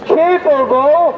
capable